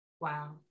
Wow